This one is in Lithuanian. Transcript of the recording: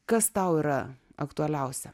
kas tau yra aktualiausia